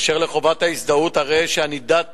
באשר לחובת ההזדהות, הרי שענידת